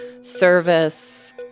service